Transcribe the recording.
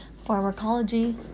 Pharmacology